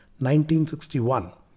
1961